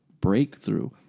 breakthrough